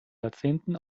jahrzehnten